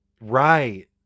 right